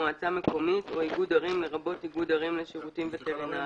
מועצה מקומית או איגוד ערים לרבות איגוד ערים לשירותים וטרינריים,